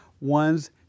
one's